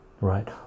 right